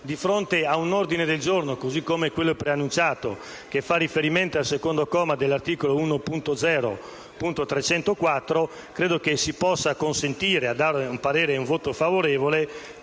di fronte all'ordine del giorno, come quello preannunciato, che fa riferimento al secondo comma dell'emendamento 1.0.304, credo che si possa consentire a dare un parere e un voto favorevole